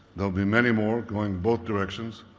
there will be many more, going both directions,